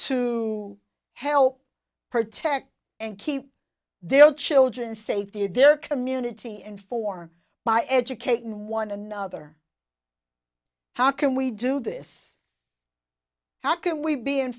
to help protect and keep their children's safety at their community and for by educating one another how can we do this how can we be